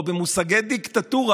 ובמושגי דיקטטורה,